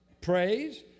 praise